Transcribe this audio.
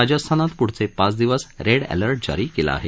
राजस्थानात पृढचे पाच दिवस रेड अखर्ट जारी केला आहे